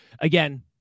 Again